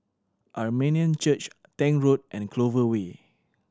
Armenian Church Tank Road and Clover Way